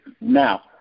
Now